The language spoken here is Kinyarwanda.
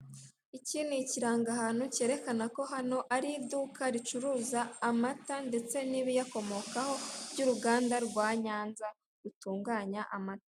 Iki ni ikirangahantu kerekana ko hano ari iduka ricuruza amata ndetse n'ibiyakomokaho by'uruganda rwa Nyanza rutunganya amata.